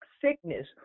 sickness